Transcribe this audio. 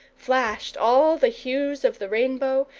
flashed all the hues of the rainbow,